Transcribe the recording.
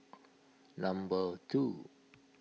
number two